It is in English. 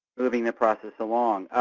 moving the process along.